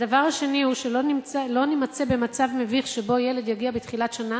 הדבר השני הוא שלא נימצא במצב מביך שבו ילד יגיע בתחילת שנה